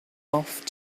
off